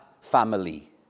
family